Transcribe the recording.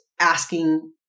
asking